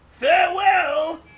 Farewell